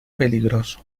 peligroso